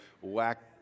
whack